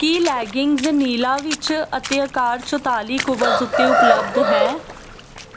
ਕੀ leggings ਨੀਲਾ ਵਿੱਚ ਅਤੇ ਅਕਾਰ ਚੁਤਾਲੀ ਕੂਵਜ਼ ਉੱਤੇ ਉਪਲਬਧ ਹੈ